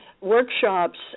workshops